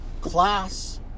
class